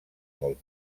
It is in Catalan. molt